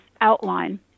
outline